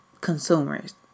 consumers